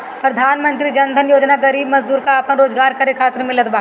प्रधानमंत्री जन धन योजना गरीब मजदूर कअ आपन रोजगार करे खातिर मिलत बाटे